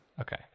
Okay